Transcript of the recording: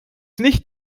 nicht